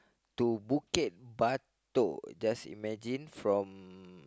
to Bukit-Batok just imagine from